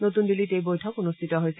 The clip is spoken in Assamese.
নতুন দিল্লীত এই বৈঠক অনুষ্ঠিত হৈছিল